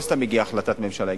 לא סתם הגיעה החלטת ממשלה.